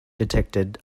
detected